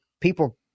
people